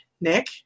Nick